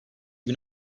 bin